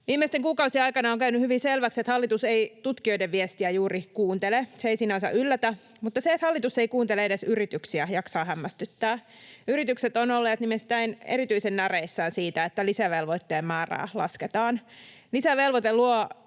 Viimeisten kuukausien aikana on käynyt hyvin selväksi, että hallitus ei tutkijoiden viestiä juuri kuuntele. Se ei sinänsä yllätä, mutta se, että hallitus ei kuuntele edes yrityksiä, jaksaa hämmästyttää. Yritykset ovat olleet nimittäin erityisen näreissään siitä, että lisävelvoitteen määrää lasketaan. Lisävelvoite luo